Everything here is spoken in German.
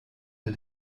der